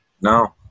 No